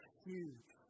huge